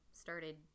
started